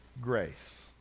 grace